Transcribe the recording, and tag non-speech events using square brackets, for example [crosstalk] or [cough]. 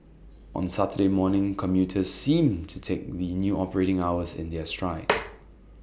on Saturday morning commuters seemed to take the new operating hours in their stride [noise]